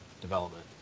development